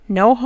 no